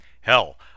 Hell